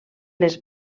les